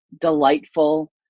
delightful